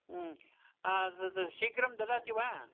तद् शीघ्रं ददाति वा